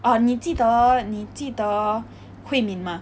err 你记得你记得 hui min mah